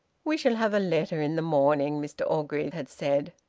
we shall have a letter in the morning, mr orgreave had said.